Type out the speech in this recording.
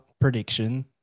prediction